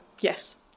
yes